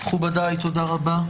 מכובדיי, תודה רבה.